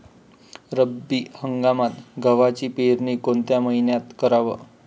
रब्बी हंगामात गव्हाची पेरनी कोनत्या मईन्यात कराव?